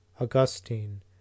Augustine